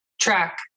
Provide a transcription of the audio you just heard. track